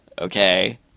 okay